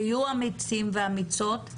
תהיו אמיצים ואמיצות,